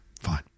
Fine